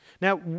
Now